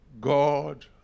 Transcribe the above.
God